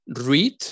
read